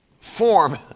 form